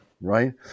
Right